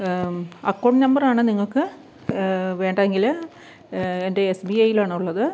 account നമ്പറാണ് നിങ്ങൾക്ക് വേണ്ടതെങ്കിൽ എൻ്റെ എസ് ബി ഐയിലാണുള്ളത്